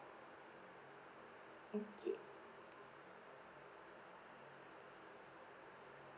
okay